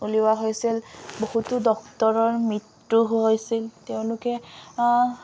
ওলিওৱা হৈছিল বহুতো ডক্টৰৰ মৃত্যু হৈছিল তেওঁলোকে